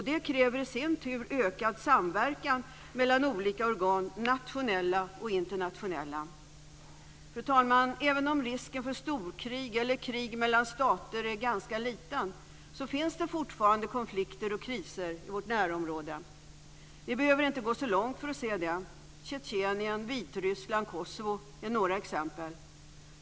Det kräver i sin tur ökad samverkan med olika organ - nationella och internationella. Fru talman! Även om risken för storkrig eller krig mellan stater är ganska liten finns det fortfarande konflikter och kriser i vårt närområde. Vi behöver inte gå så långt för att se det. Tjetjenien, Vitryssland och Kosovo är några exempel.